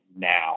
now